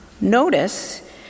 notice